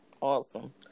Awesome